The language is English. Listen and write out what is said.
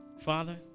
Father